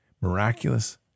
miraculous